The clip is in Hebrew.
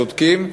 צודקים.